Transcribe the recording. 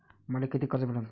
मले कितीक कर्ज भेटन?